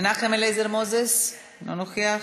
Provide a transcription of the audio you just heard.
מנחם אליעזר מוזס, אינו נוכח,